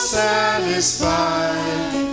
satisfied